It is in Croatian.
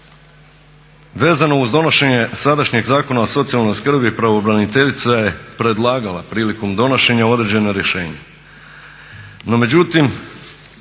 Vezano uz donošenje sadašnjeg Zakona o socijalnoj skrbi pravobraniteljica je predlagala prilikom donošenja određena rješenja.